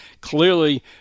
clearly